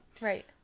Right